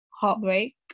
heartbreak